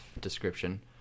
description